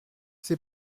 c’est